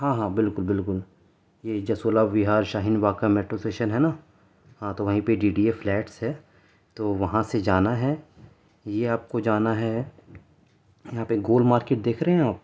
ہاں ہاں بالکل بالکل یہ جسولہ وہار شاہین باغ کا میٹرو اسٹیشن ہے نا ہاں تو وہیں پہ ڈی ڈی اے فلیٹس ہے تو وہاں سے جانا ہے یہ آپ کو جانا ہے یہاں پہ گول مارکیٹ دیکھ رہے ہیں آپ